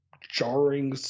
jarring